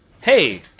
hey